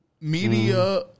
Media